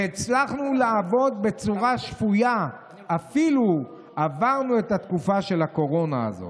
הצלחנו לעבוד בצורה שפויה אפילו את התקופה הזאת".